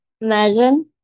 imagine